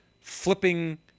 flipping